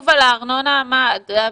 הארנונה.